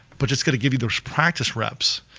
but just gotta give you those practice reps.